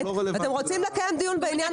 אתם רוצים לקיים דיון בעניין הזה,